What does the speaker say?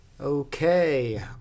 Okay